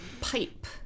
pipe